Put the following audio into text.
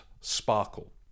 sparkle